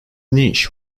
niche